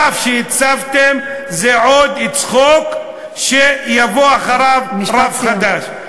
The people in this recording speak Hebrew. הרף שהצבתם זה עוד צחוק שיבוא אחריו רף חדש.